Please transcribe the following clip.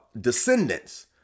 descendants